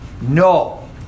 No